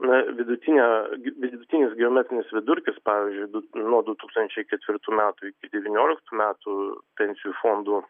na vidutinio vidutinis geometrinis vidurkis pavyzdžiui du nuo du tūkstančiai ketvirtų metų iki devynioliktų metų pensijų fondų